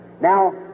Now